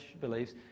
beliefs